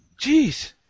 Jeez